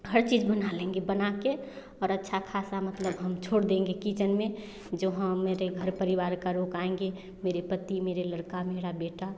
हर चीज़ बना लेंगे बनाकर और अच्छा खासा मतलब हम छोड़ देंगे हम किचन में जो हमें घर परिवार का रुकाएँगे मेरे पति मेरा लड़का मेरा बेटा